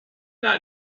not